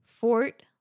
Fort